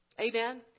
Amen